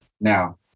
Now